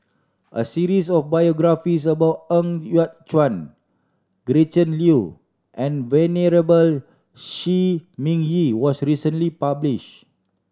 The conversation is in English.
a series of biographies about Ng Yat Chuan Gretchen Liu and Venerable Shi Ming Yi was recently published